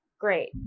great